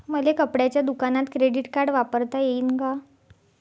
मले कपड्याच्या दुकानात क्रेडिट कार्ड वापरता येईन का?